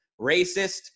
racist